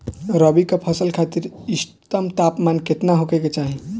रबी क फसल खातिर इष्टतम तापमान केतना होखे के चाही?